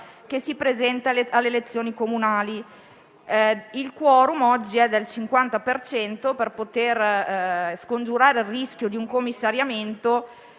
si presenti alle elezioni comunali. Il *quorum* oggi è del 50 per cento per poter scongiurare il rischio di commissariamento